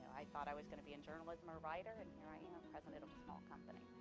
i thought i was gonna be in journalism or a writer, and here i am, president of a small company,